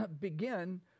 begin